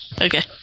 Okay